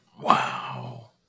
Wow